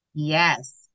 Yes